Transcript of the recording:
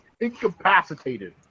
incapacitated